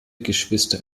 geschwister